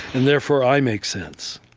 and therefore, i make sense.